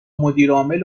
مدیرعامل